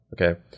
Okay